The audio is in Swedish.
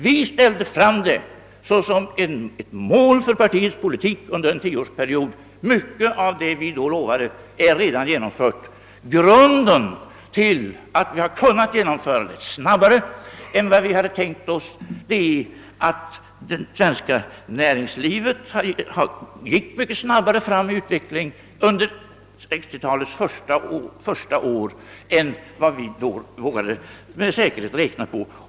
Vi ställde upp ett mål för partiets politik under en tioårsperiod. Mycket av vad vi lovade är redan genomfört. Grunden till att vi kunnat genomföra det på kortare tid än vi hade tänkt oss är att det svenska näringslivet gick mycket snabbare framåt under 1960 talets första år än vad vi vågat räkna med.